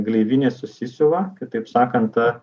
gleivinė susisiuva kitaip sakant ta